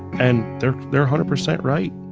and they're they're a hundred percent right.